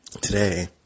Today